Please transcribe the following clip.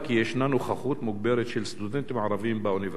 כי ישנה נוכחות מוגברת של סטודנטים ערבים באוניברסיטה.